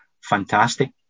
fantastic